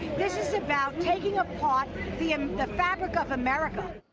this is about taking apart the and the fabric of america.